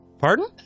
Pardon